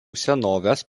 senovės